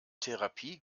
therapie